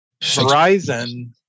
Verizon